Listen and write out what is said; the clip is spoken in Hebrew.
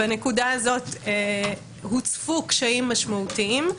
בנקודה הזאת הוצפו קשיים משמעותיים.